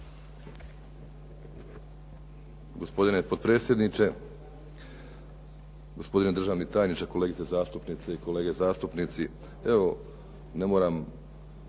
Gospodine potpredsjedniče, gospodine državni tajniče, kolegice zastupnici, kolege zastupnici. Evo, ne moram